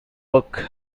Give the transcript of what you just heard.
book